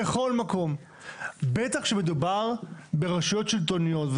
בכל מקום בטח כאשר מדובר ברשויות שלטוניות,